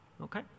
Okay